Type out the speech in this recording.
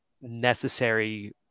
necessary